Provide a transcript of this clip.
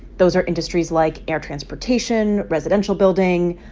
those are industries like air transportation, residential building,